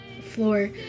floor